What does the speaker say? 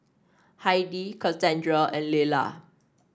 Heidi Kassandra and Leyla